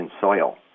soil